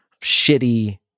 shitty